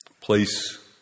place